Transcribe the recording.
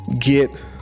get